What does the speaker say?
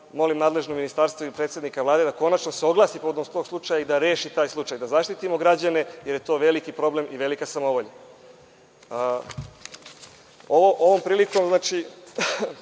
kao i nadležno ministarstvo i predsednika Vlade da konačno se oglasi povodom tog slučaja i da reši taj slučaj, da zaštitimo građane jer je to veliki problem i velika samovolja. Ovom prilikom bih